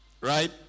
Right